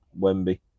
wemby